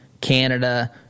Canada